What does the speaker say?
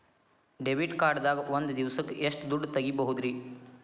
Debit card ದಾಗ ಒಂದ್ ದಿವಸಕ್ಕ ಎಷ್ಟು ದುಡ್ಡ ತೆಗಿಬಹುದ್ರಿ?